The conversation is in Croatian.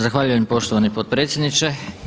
Zahvaljujem poštovani potpredsjedniče.